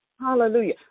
Hallelujah